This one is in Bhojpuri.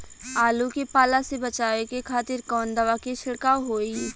आलू के पाला से बचावे के खातिर कवन दवा के छिड़काव होई?